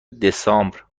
دسامبر